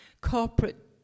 corporate